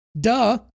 duh